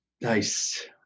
Nice